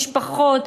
משפחות,